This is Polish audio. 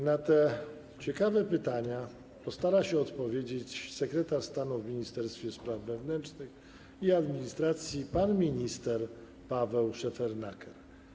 Na te ciekawe pytania postara się odpowiedzieć sekretarz stanu w Ministerstwie Spraw Wewnętrznych i Administracji pan minister Paweł Szefernaker.